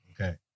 Okay